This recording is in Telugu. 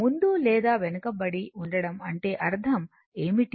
ముందు లేదా వెనుకబడి ఉండడం అంటే అర్థం ఏమిటి